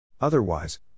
Otherwise